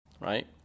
right